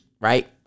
Right